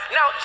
Now